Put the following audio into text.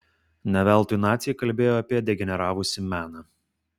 ne veltui naciai kalbėjo apie degeneravusį meną